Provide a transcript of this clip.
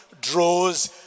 draws